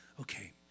okay